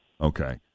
Okay